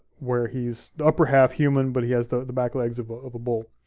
where he's, the upper half human, but he has the the back legs of but of a bull.